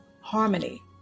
harmony